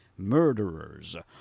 Murderers